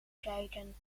kijken